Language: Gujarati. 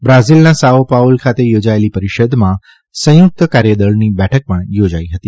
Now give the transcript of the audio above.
બ્રાઝીલના સાઓ પાઉલો ખાતે યોજાયેલી પરિષદમાં સંયુક્ત કાર્યદળની બેઠક પણ યોજાઇ હતી